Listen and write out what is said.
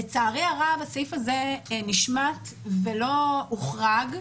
לצערי הרב הסעיף הזה נשמט ולא הוחרג,